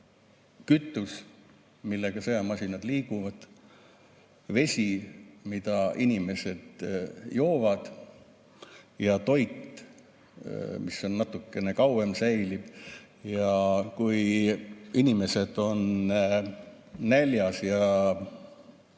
kütus, millega sõjamasinad liiguvad, vesi, mida inimesed joovad, ja toit, mis natukene kauem säilib. Inimesed on näljas ja